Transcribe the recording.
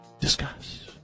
Discuss